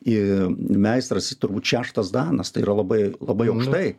ir meistras turbūt šeštas danas tai yra labai labai aukštai